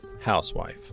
housewife